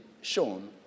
shown